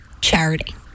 charity